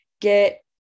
get